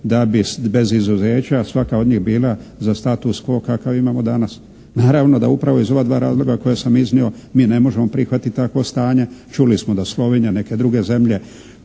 da bi iz izuzeća svaka od njih bila za status quo kakav imamo danas. Naravno da upravo iz ova dva razloga koja sam iznio mi ne možemo prihvatiti takvo stanje. Čuli smo da Slovenija i neke druge zemlje